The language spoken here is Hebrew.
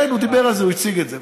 כן, הוא דיבר על זה, הוא הציג את זה.